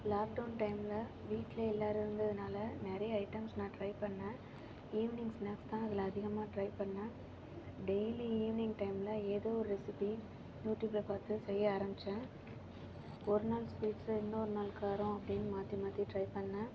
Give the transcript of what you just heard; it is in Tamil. லாக்டவுன் டைம்மில வீட்டில எல்லாரும் இருந்ததுனால நிறைய ஐட்டம்ஸ் நான் ட்ரை பண்ணன் ஈவினிங் ஸ்நாக்ஸ் தான் அதில் அதிகமாக ட்ரை பண்ணன் டெய்லி ஈவ்னிங் டைம்மில எதோ ஒரு ரெசிப்பி யூடியூப்பில பார்த்து செய்ய ஆரமிச்சேன் ஒரு நாள் ஸ்வீட்ஸ்ஸு இன்னொரு நாள் காரம் அப்படினு மாற்றி மாற்றி ட்ரை பண்ணன்